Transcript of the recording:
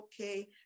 okay